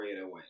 away